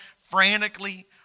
frantically